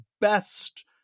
best